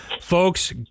Folks